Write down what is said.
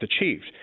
achieved